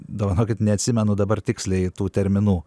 dovanokit neatsimenu dabar tiksliai tų terminų